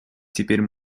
теперь